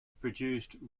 produced